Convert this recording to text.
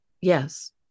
Yes